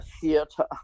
theater